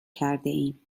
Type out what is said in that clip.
کردهایم